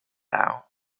out